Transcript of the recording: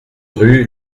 rue